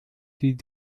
die